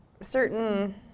certain